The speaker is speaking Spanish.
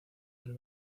del